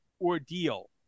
Ordeal